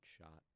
shot